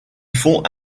font